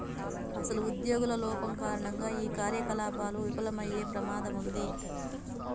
అసలు ఉద్యోగుల లోపం కారణంగా ఈ కార్యకలాపాలు విఫలమయ్యే ప్రమాదం ఉంది